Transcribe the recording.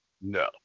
No